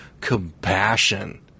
compassion